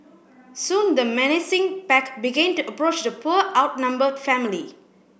soon the menacing pack began to approach the poor outnumbered family